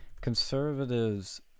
conservatives –